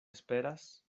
esperas